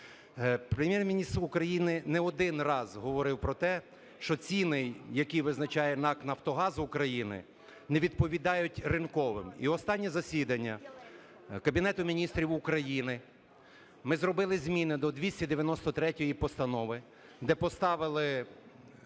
Прем'єр-міністр України не один раз говорив про те, що ціни, які визначає НАК "Нафтогаз України", не відповідають ринковим. І останнє засідання Кабінету Міністрів України ми зробили зміни до 293 Постанови, де поставили